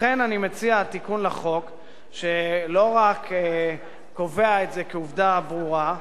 לכן אני מציע תיקון לחוק שלא רק קובע את זה כעובדה ברורה,